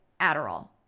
Adderall